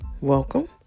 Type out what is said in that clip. Welcome